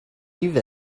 eve